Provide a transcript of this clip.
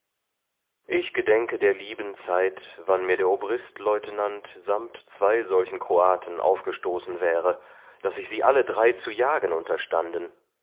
ich gedenke der lieben zeit wann mir der obr leutenant samt zwei solchen kroaten aufgestoßen wäre daß ich sie alle drei zu jagen unterstanden